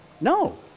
No